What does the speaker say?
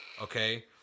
Okay